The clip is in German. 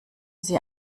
sie